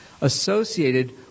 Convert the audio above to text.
associated